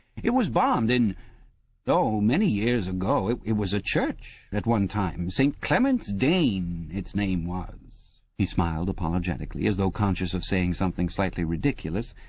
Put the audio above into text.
it was bombed in oh, many years ago. it it was a church at one time, st. clement's danes, its name was he smiled apologetically, as though conscious of saying something slightly ridiculous,